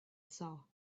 saw